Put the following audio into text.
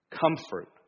comfort